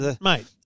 Mate